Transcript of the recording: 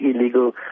illegal